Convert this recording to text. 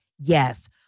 yes